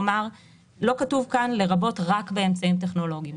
לא כתוב כאן "לרבות רק באמצעים טכנולוגיים".